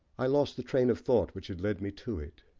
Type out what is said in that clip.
i lost the train of thought which had led me to it.